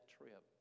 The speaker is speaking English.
trip